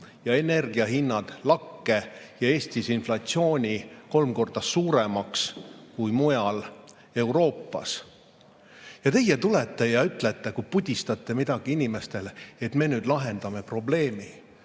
ja energia hinnad lakke. Eestis aga on inflatsioon kolm korda suurem kui mujal Euroopas. Teie tulete ja ütlete, pudistate midagi inimestele, et me lahendame probleemi.